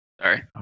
Sorry